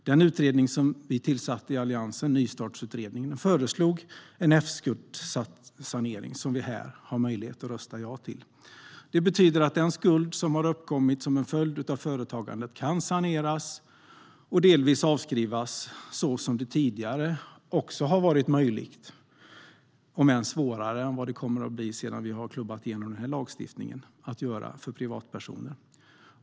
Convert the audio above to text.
Den utredning som vi i Alliansen tillsatte, Nystartsutredningen, föreslog den F-skuldsanering som vi här har möjlighet att rösta ja till. F-skuldsanering betyder att en skuld som har uppkommit som en följd av företagandet kan saneras och delvis avskrivas så som tidigare varit möjligt - det blir svårare när vi klubbat igenom den här lagstiftningen - för privatpersoner.